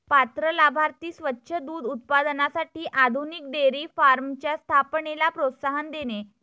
पात्र लाभार्थी स्वच्छ दूध उत्पादनासाठी आधुनिक डेअरी फार्मच्या स्थापनेला प्रोत्साहन देणे